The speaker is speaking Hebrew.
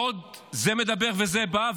עוד זה מדבר וזה בא,